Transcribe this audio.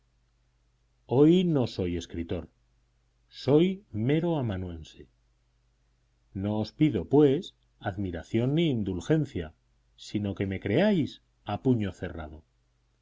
hoy no soy escritor soy mero amanuense no os pido pues admiración ni indulgencia sino que me creáis a puño cerrado